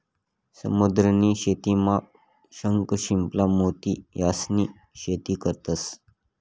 समुद्र नी शेतीमा शंख, शिंपला, मोती यास्नी शेती करतंस